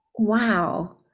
Wow